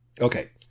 Okay